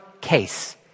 case